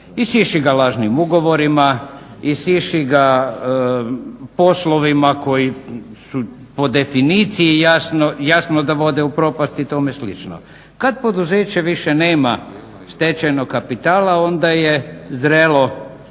isiši ga lažnim ugovorima, isiši ga poslovima koji su po definiciji jasno da vode u propast i tome slično. Kad poduzeće više nema stečajnog kapitala onda je zrelo